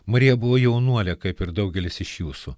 marija buvo jaunuolė kaip ir daugelis iš jūsų